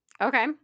okay